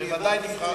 ותועבר לוועדת העבודה,